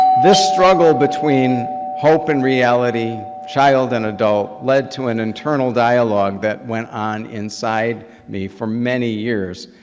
this struggle between hope and reality, child and adult, led to an internal dialogue that went on inside me for many years,